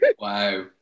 wow